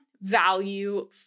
value